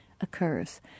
occurs